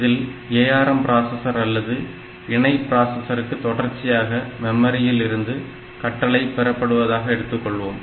இதில் ARM processor அல்லது இணை பிராசஸருக்கு தொடர்ச்சியாக மெமரியிலிருந்து கட்டளைகள் பெறப்படுவதாக எடுத்துக்கொள்வோம்